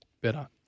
better